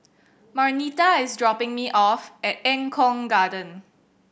Marnita is dropping me off at Eng Kong Garden